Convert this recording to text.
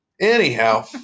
Anyhow